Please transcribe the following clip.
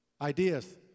ideas